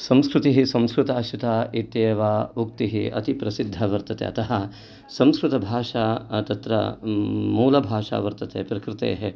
संस्कृतिः संस्कृताश्रिता इत्येव उक्तिः अतिप्रसिद्धा वर्तते अतः संस्कृतभाषा तत्र मूलभाषा वर्तते प्रकृतेः